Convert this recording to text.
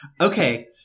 Okay